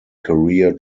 career